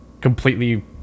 completely